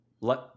let